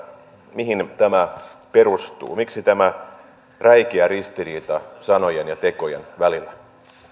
mihin tämä perustuu miksi on tämä räikeä ristiriita sanojen ja tekojen välillä